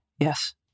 Yes